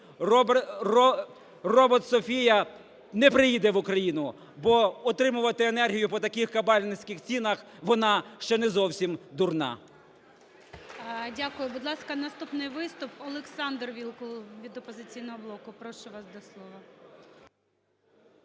робот Софія не приїде в Україну, бо отримувати енергію по таких кабальницьких цінах вона ще не зовсім дурна. ГОЛОВУЮЧИЙ. Дякую. Будь ласка, наступний виступ, Олександр Вілкул від "Опозиційного блоку". Прошу вас до слова.